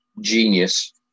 genius